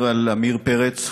עמיר פרץ,